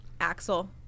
Axel